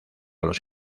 los